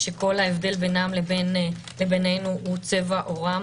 שכל ההבדל בינם לביננו הוא צבע עורם.